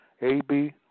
Ab